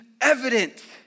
evident